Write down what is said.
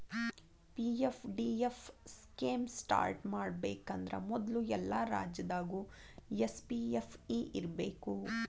PFDF scheme start ಮಾಡಬೇಕಂದ್ರ ಮೊದ್ಲು ಎಲ್ಲಾ ರಾಜ್ಯದಾಗು ಎಸ್.ಪಿ.ಎಫ್.ಇ ಇರ್ಬೇಕು